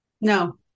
No